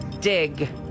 dig